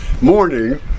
morning